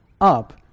up